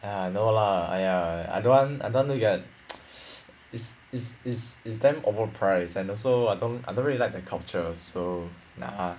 ah no lah !aiya! I don't want I don't want to get is is is is damn overpriced and also I don't I don't really like the culture so nah